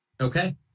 Okay